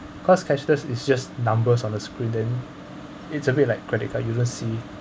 cause cashless is just numbers on the screen then it's a bit like credit card you wouldn't see